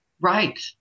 Right